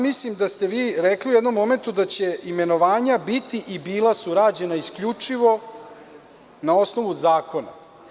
Mislim da ste rekli u jednom momentu da će imenovanja biti i bila su rađena isključivo na osnovu zakona.